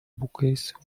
bookcase